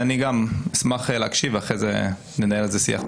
אני אשמח להקשיב ואחרי זה ננהל על זה שיח.